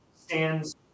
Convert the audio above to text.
stands